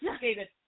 David